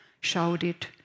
shouted